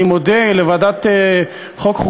אני מודה לוועדת חוקה,